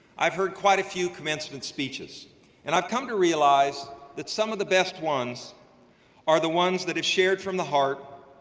i've heard quite a few commencement speeches and i've come to realize that some of the best ones are the ones that have shared from the heart,